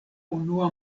unua